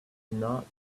not